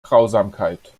grausamkeit